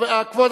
תודה רבה.